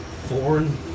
foreign